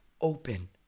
open